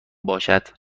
باشد